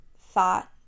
thought